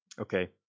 Okay